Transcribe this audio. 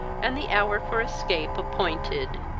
and the hour for escape appointed.